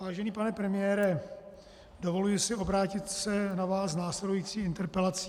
Vážený pane premiére, dovoluji si obrátit se na vás s následující interpelací.